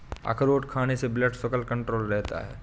अखरोट खाने से ब्लड शुगर कण्ट्रोल रहता है